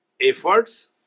efforts